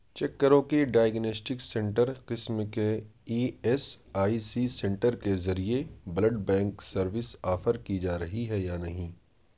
check کرو کہ diagnostic centre قسم کے E S I C centre کے ذریعے بلڈ بینک سروس آفر کی جا رہی ہے یا نہیں